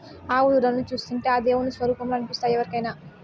ఆవు దూడల్ని చూస్తుంటే ఆ దేవుని స్వరుపంలా అనిపిస్తాయి ఎవరికైనా